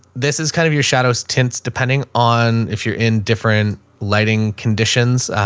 this is kind of your shadows tints depending on if you're in different lighting conditions,